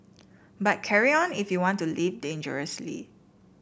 but carry on if you want to live dangerously